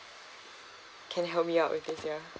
can you help me out with this ya